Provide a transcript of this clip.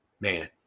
Man